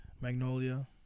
Magnolia